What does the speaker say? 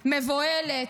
מבוהלת,